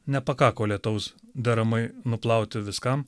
nepakako lietaus deramai nuplauti viskam